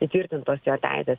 įtvirtintos jo teisės